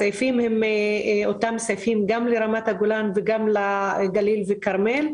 הסעיפים הם אותם סעיפים גם לרמת הגולן וגם לגליל וכרמל,